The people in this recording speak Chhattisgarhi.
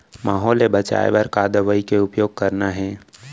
माहो ले बचाओ बर का दवई के उपयोग करना हे?